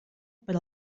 per